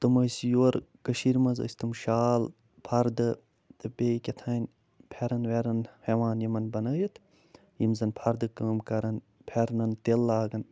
تِم ٲسۍ یورٕ کٔشیٖرِ منٛز ٲسۍ تِم شال فردٕ تہٕ بیٚیہِ کیٛاہ تھام فٮ۪رن وٮ۪رن ہٮ۪وان یِمن بنٲیِتھ یِم زن فردٕ کٲم کَرن فٮ۪رنن تِلہٕ لاگن